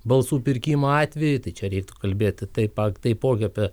balsų pirkimo atvejai tai čia reiktų kalbėti taip pat taipogi apie